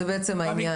זה העניין.